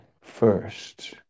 first